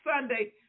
Sunday